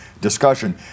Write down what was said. discussion